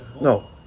No